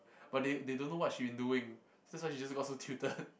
but they they don't know what she been doing so that's why she just got so tuted